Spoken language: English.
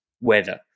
weather